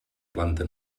planta